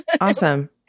Awesome